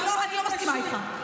אני לא מסכימה איתך.